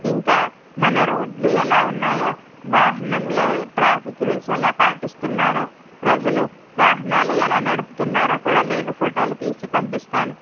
ఇంకా మన రోడ్లు ఎలా ఉన్నాయో వాహనంలో ట్రాఫిక్ రూల్స్ ఎలా పాటిస్తున్నారో ప్రజలు వాహనాలు ఎలా నడుపుతున్నారో కూడా నేను ఫోటోలు తీసి పంపిస్తాను